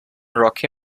rocky